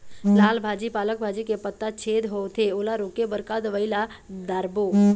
लाल भाजी पालक भाजी के पत्ता छेदा होवथे ओला रोके बर का दवई ला दारोब?